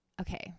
okay